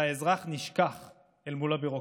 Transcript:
והאזרח נשכח אל מול הביורוקרטיה.